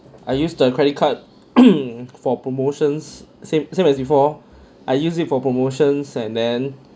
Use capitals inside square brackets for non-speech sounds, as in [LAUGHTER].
I use the credit card [COUGHS] for promotions same same as before I use it for promotions and then